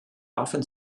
often